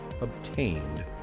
obtained